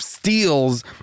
Steals